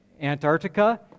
Antarctica